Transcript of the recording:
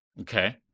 Okay